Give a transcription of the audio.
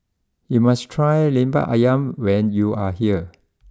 you must try Lemper Ayam when you are here